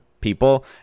people